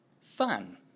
fun